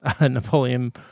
Napoleon